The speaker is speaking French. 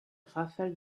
rafale